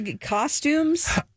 Costumes